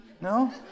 no